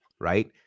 right